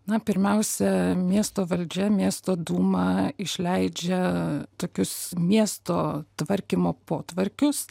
na pirmiausia miesto valdžia miesto dūma išleidžia tokius miesto tvarkymo potvarkius